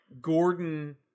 Gordon